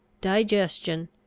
digestion